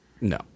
no